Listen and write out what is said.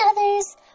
others